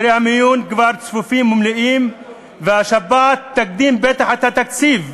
חדרי המיון כבר צפופים ומלאים והשפעת תקדים בטח את התקציב.